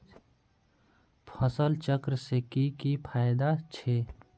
फसल चक्र से की की फायदा छे?